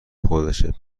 خودشه